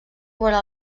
vora